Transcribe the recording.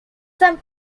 some